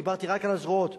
דיברתי רק על הזרועות,